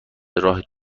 راه